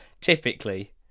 typically